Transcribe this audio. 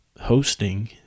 hosting